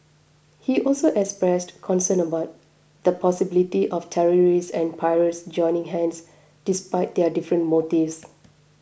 he also expressed concern about the possibility of terrorists and pirates joining hands despite their different motives